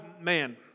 Man